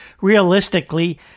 realistically